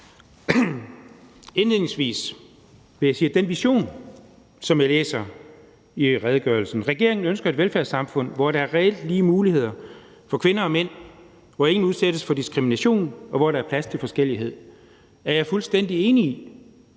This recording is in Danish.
Indledningsvis vil jeg sige, at den vision, som jeg læser i redegørelsen, nemlig at regeringen ønsker et velfærdssamfund, hvor der er reelt lige muligheder for kvinder og mænd, hvor ingen udsættes for diskrimination, og hvor der er plads til forskellighed, er jeg fuldstændig enig i,